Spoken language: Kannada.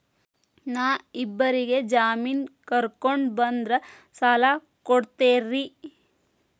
ನಾ ಇಬ್ಬರಿಗೆ ಜಾಮಿನ್ ಕರ್ಕೊಂಡ್ ಬಂದ್ರ ಸಾಲ ಕೊಡ್ತೇರಿ?